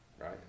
right